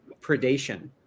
Predation